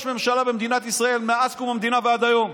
ממשלה במדינת ישראל מאז קום המדינה ועד היום,